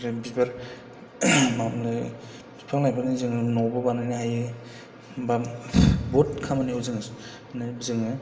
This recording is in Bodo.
ओमफ्राय बिबार मामोनलाय बिफां लाइफांनिफ्राय जोङो न'बो बानायनो हायो एबा बहुथ खामानियाव जोङो माने जोङो